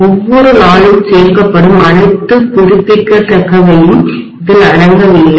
ஒவ்வொரு நாளும் சேர்க்கப்படும் அனைத்து புதுப்பிக்கத்தக்கவையும் இதில் அடங்கவில்லை